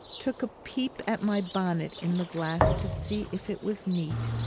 took a peep at my bonnet in the glass to see if it was neat,